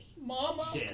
Mama